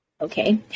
okay